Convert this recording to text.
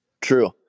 True